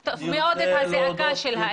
את הדאגה של העיר.